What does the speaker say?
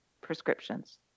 prescriptions